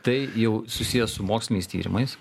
tai jau susiję su moksliniais tyrimais